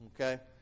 okay